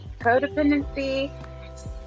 codependency